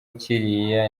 kiriya